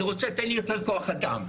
אני רוצה לקבל יותר כוח אדם.